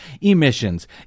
emissions